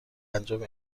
انجام